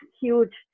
huge